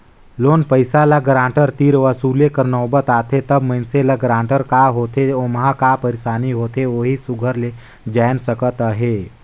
loan पइसा ल guarantor तीर वसूले कर नउबत आथे तबे मइनसे ल गारंटर का होथे ओम्हां का पइरसानी होथे ओही सुग्घर ले जाएन सकत अहे